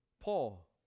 Paul